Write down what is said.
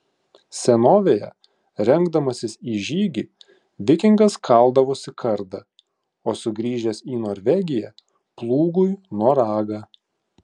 senovėje rengdamasis į žygį vikingas kaldavosi kardą o sugrįžęs į norvegiją plūgui noragą